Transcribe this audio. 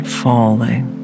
falling